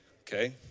okay